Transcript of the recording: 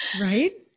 Right